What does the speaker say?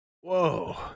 Whoa